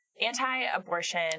anti-abortion